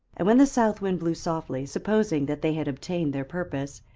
and when the south wind blew softly, supposing that they had obtained their purpose,